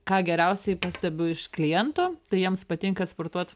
ką geriausiai pastebiu iš klientų tai jiems patinka sportuot